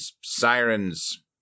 sirens